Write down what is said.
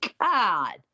God